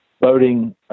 boating